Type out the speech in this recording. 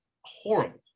horrible